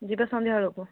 ଯିବା ସନ୍ଧ୍ୟାବେଳକୁ